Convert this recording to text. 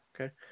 Okay